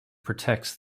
protects